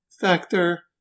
factor